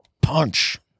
punch